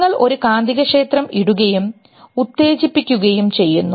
നിങ്ങൾ ഒരു കാന്തികക്ഷേത്രം ഇടുകയും ഉത്തേജിപ്പിക്കുകയും ചെയ്യുന്നു